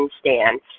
stand